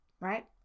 right